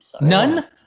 None